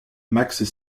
max